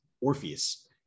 orpheus